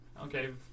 Okay